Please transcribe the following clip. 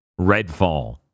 Redfall